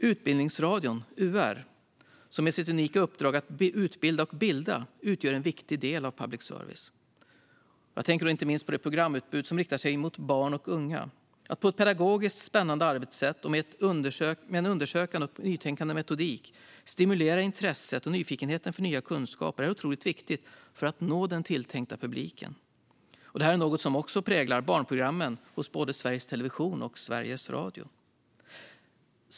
Utbildningsradion, UR, utgör med sitt unika uppdrag att utbilda och bilda en viktig del av public service. Jag tänker då inte minst på det programutbud som riktar sig mot barn och unga. Att på ett pedagogiskt spännande arbetssätt och med en undersökande och nytänkande metodik stimulera intresset och nyfikenheten för nya kunskaper är otroligt viktigt för att nå den tilltänkta publiken. Det är något som också präglar barnprogrammen hos både Sveriges Television och Sveriges Radio.